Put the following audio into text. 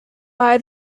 buy